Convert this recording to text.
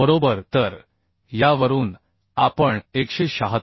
बरोबर तर यावरून आपण 176